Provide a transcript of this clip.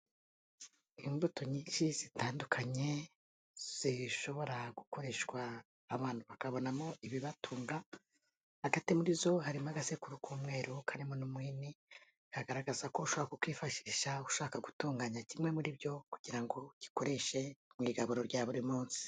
Imbuto nyinshi zitandukanye zishobora gukoreshwa abantu bakabonamo ibibatunga, hagati muri zo harimo agasekuru k'umweru karimo n'umuhini, kagaragaza ko ushobora kukifashisha ushaka gutunganya kimwe muri byo, kugira ngo ugikoreshe mu igaburo rya buri munsi.